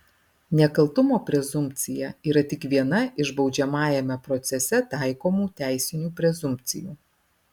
nekaltumo prezumpcija yra tik viena iš baudžiamajame procese taikomų teisinių prezumpcijų